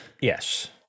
Yes